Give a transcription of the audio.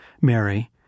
Mary